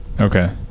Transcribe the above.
okay